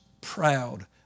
proud